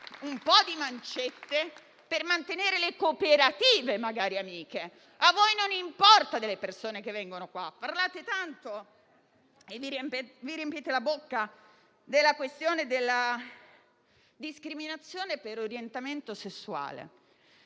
un po' di mancette per mantenere, magari, le cooperative amiche; a voi non importa delle persone che vengono qua. Parlate tanto e vi riempite la bocca della questione della discriminazione per orientamento sessuale.